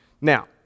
Now